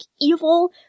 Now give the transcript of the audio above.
evil